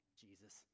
Jesus